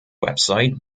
website